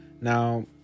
Now